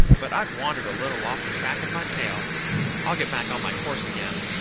but i've wandered a little off the track of my tale i'll get back on my course again.